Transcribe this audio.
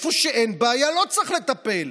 איפה שאין בעיה לא צריך לטפל.